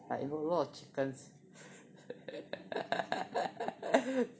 I own a lot of chickens